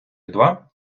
два